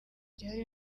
gihari